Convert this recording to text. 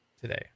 today